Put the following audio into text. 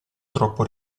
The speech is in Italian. troppo